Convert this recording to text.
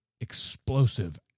explosive